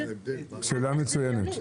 נכון, זאת שאלה מצוינת.